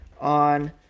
on